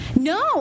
No